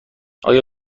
آیا